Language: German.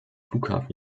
flughafen